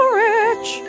rich